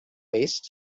based